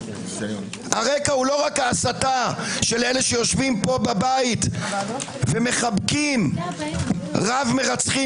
לא רק ההסתה של אלה שיושבים פה בבית ומחבקים רב מרצחים